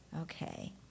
Okay